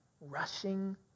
rushing